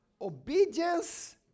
Obedience